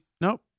nope